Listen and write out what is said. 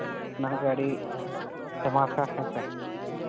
ᱚᱱᱟᱜᱮ ᱟᱹᱰᱤ ᱯᱷᱮᱢᱟᱥᱟ ᱦᱮᱸᱥᱮ